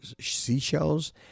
seashells